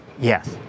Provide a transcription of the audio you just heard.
Yes